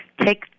take